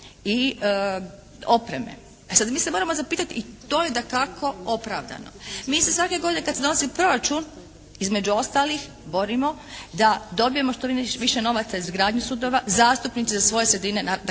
i opreme. I sada mi se moramo zapitati, i to je dakako opravdano. Mi se svake godine kada se donosi proračun između ostalih borimo da dobijemo što više novaca za izgradnju sudova, zastupnici za svoje sredine dakako logično,